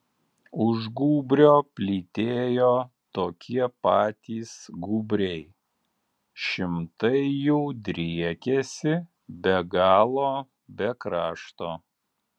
už gūbrio plytėjo tokie patys gūbriai šimtai jų driekėsi be galo be krašto